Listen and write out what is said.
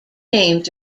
names